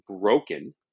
broken